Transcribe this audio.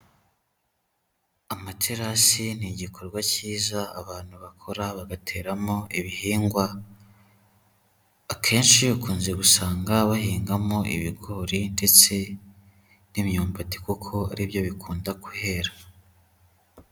Amaterasi ni igikorwa cyiza abantu bakora bagateramo ibihingwa, akenshi ukunze gusanga bahingamo ibigori ndetse n'imyumbati kuko aribyo bikunda guhera.